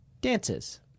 dances